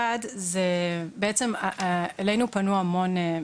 אחת בעצם אלינו פנו המון,